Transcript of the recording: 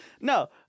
No